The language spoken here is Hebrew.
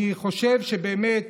אני חושב שבאמת